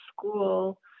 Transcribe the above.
school